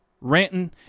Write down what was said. ranting